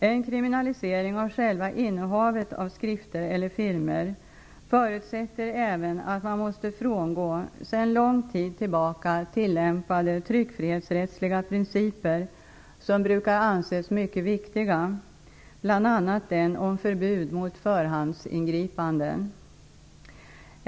En kriminalisering av själva innehavet av skrifter eller filmer förutsätter även att man måste frångå sedan lång tid tillbaka tillämpade tryckfrihetsrättsliga principer som brukar anses mycket viktiga, bl.a. den om förbud mot förhandsingripanden.